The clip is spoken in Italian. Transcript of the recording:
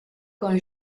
con